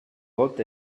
vot